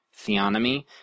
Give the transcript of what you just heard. theonomy